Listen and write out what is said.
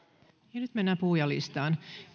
ja nyt mennään puhujalistaan